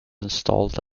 installed